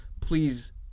Please